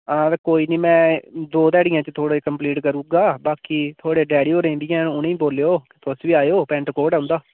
हां ते कोई नी में दो ध्याड़ियें च थुआढ़ी कम्पलीट करी ओड़गा बाकी थुआढ़े डैडी होरें बी हैन उनेंगी बी बोलेओ तुस बी आएओ पैंट कोट ऐ उन्दा